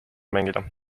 mängida